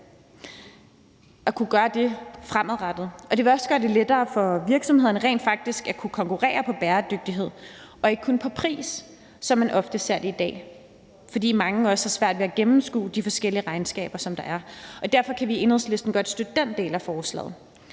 Det vil også gøre det lettere for virksomhederne rent faktisk at kunne konkurrere på bæredygtighed og ikke kun på pris, som man ofte ser det i dag, fordi mange også har svært ved at gennemskue de forskellige regnskaber, der er. Derfor kan vi i Enhedslisten godt støtte den del af forslaget.